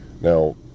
Now